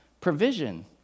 provision